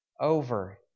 over